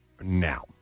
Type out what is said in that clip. now